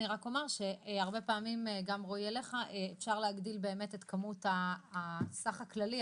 אני רק אומר שהרבה פעמים אפשר להגדיל את הסכום הכללי,